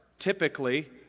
typically